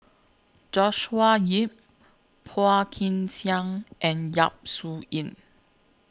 Joshua Ip Phua Kin Siang and Yap Su Yin